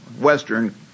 western